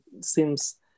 seems